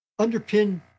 underpin